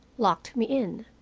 locked me in.